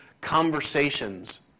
conversations